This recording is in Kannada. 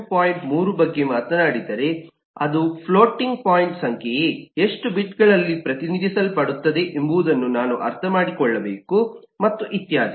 3 ಬಗ್ಗೆ ಮಾತನಾಡಿದರೆ ಅದು ಫ್ಲೋಟಿಂಗ್ ಪಾಯಿಂಟ್ ಸಂಖ್ಯೆಯೇ ಎಷ್ಟು ಬಿಟ್ಗಳಲ್ಲಿ ಪ್ರತಿನಿಧಿಸಲ್ಪಡುತ್ತದೆ ಎಂಬುದನ್ನು ನಾನು ಅರ್ಥಮಾಡಿಕೊಳ್ಳಬೇಕು ಮತ್ತು ಇತ್ಯಾದಿ